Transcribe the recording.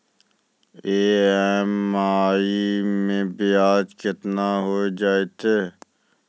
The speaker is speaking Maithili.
ई.एम.आई मैं ब्याज केतना हो जयतै?